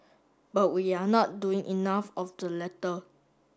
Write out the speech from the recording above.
but we are not doing enough of the latter